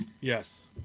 Yes